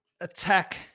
attack